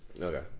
Okay